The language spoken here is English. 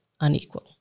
unequal